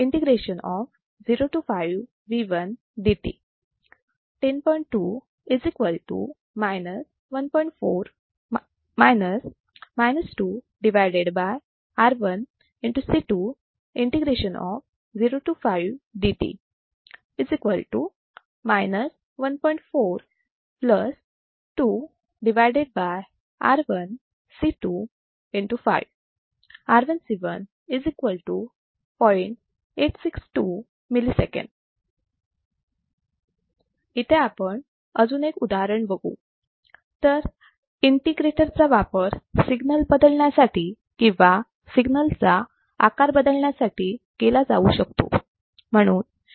862 ms इथे आपण अजून एक उदाहरण बघू तर इंटिग्रेटर चा वापर सिग्नल बदलण्यासाठी किंवा सिग्नल चा आकार बदलण्यासाठी केला जाऊ शकतो